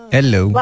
Hello